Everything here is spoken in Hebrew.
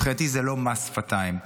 מבחנתי, זה לא מס שפתיים.